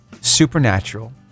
supernatural